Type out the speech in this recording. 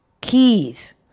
Keys